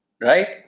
right